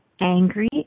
angry